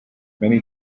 many